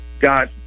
got